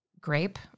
grape